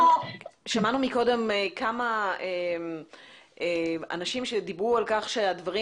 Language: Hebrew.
שמענו קודם כמה אנשים שדיברו על כך שהדברים